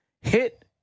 hit